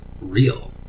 real